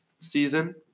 season